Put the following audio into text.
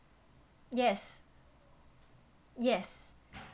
yes yes